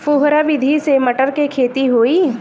फुहरा विधि से मटर के खेती होई